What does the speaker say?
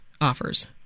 offers